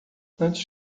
antes